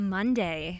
Monday